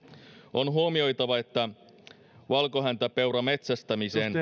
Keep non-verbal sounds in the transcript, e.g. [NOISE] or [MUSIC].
on huomioitava että valkohäntäpeuran metsästämiseen [UNINTELLIGIBLE]